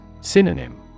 Synonym